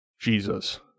Jesus